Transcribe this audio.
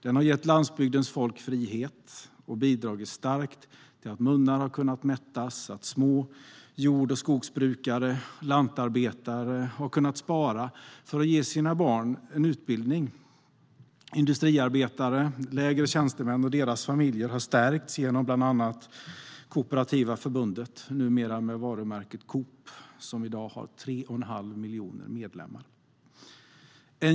Den har gett landsbygdens folk frihet och starkt bidragit till att munnar har kunnat mättas och att små jord och skogsbrukare och lantarbetare har kunnat spara för att ge sina barn en utbildning. Industriarbetare, lägre tjänstemän och deras familjer har stärkts genom bland annat Kooperativa förbundet - numera med varumärket Coop - som i dag har 3,5 miljoner medlemmar.